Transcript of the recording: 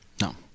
no